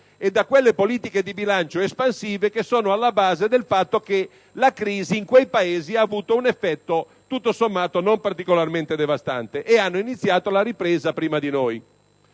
e da quelle politiche di bilancio espansive che sono alla base del fatto che la crisi in quei Paesi ha avuto un effetto tutto sommato non particolarmente devastante e hanno iniziato la ripresa prima di noi.